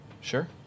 Sure